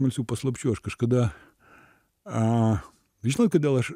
smalsių paslapčių aš kažkada a žinot kodėl aš